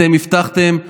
אתם הבטחתם,